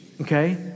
Okay